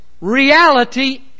reality